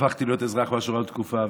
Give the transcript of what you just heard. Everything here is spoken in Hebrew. והפכתי להיות אזרח מהשורה לתקופה.